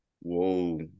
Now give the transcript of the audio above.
Whoa